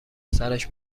سرش